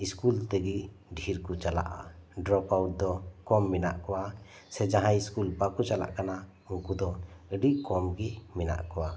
school ᱛᱮᱜᱮ ᱰᱷᱮᱨ ᱠᱚ ᱪᱟᱞᱟᱜᱼᱟ ᱰᱨᱚᱯ ᱟᱭᱩᱴ ᱫᱚ ᱠᱚᱢ ᱢᱮᱱᱟᱜ ᱠᱚᱣᱟ ᱥᱮ ᱡᱟᱦᱟᱭ ᱤᱥᱠᱩᱞ ᱵᱟᱠᱚ ᱪᱟᱞᱟᱜ ᱠᱟᱱᱟ ᱩᱱᱠᱩ ᱫᱚ ᱟᱹᱰᱤ ᱠᱚᱢ ᱜᱮ ᱢᱮᱱᱟᱜ ᱠᱚᱣᱟ